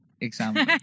example